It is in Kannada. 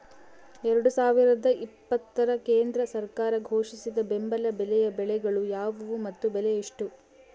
ಎರಡು ಸಾವಿರದ ಇಪ್ಪತ್ತರ ಕೇಂದ್ರ ಸರ್ಕಾರ ಘೋಷಿಸಿದ ಬೆಂಬಲ ಬೆಲೆಯ ಬೆಳೆಗಳು ಯಾವುವು ಮತ್ತು ಬೆಲೆ ಎಷ್ಟು?